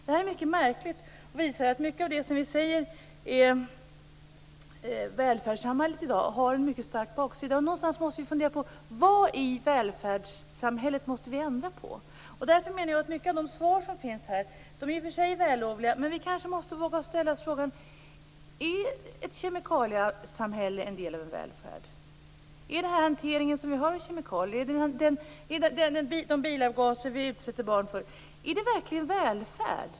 Det här är mycket märkligt och visar att mycket av det vi i dag säger är välfärdssamhället har en mycket negativ baksida. Någonstans måste vi fundera på: Vad i välfärdssamhället måste vi ändra på? Jag menar att många av de svar som finns i och för sig är vällovliga, men vi kanske måste våga ställa oss frågan: Är ett kemikaliesamhälle en del av välfärden? Är den hantering av kemikalier vi har, de bilavgaser vi utsätter barn för verkligen välfärd?